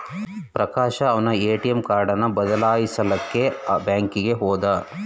ಪ್ರಕಾಶ ಅವನ್ನ ATM card ಬದಲಾಯಿಸಕ್ಕೇ ಬ್ಯಾಂಕಿಗೆ ಹೋದ